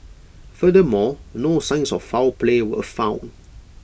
furthermore no signs of foul play were found